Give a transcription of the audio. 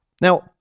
Now